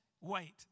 Wait